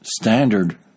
standard